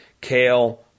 Kale